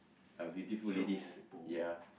uh beautiful ladies ya